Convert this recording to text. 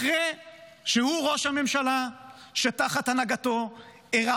אחרי שהוא ראש הממשלה שתחת הנהגתו אירע